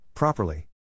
Properly